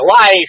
life